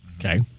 Okay